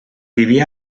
vivia